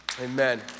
Amen